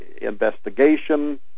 investigation